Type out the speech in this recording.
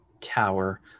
Tower